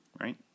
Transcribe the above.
Right